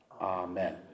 Amen